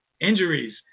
injuries